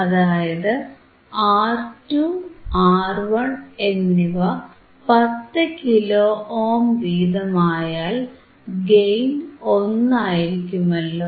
അതായത് R2 R1 എന്നിവ 10 kilo ohm വീതമായാൽ ഗെയിൻ 1 ആയിരിക്കുമല്ലോ